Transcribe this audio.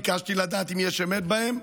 ביקשתי להבין אם יש אמת בהם,